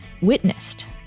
witnessed